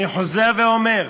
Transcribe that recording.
אני חוזר ואומר,